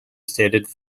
stated